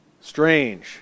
Strange